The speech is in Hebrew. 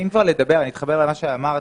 אני אתחבר למה שאמרת,